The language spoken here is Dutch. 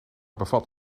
bevat